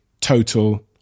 total